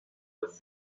with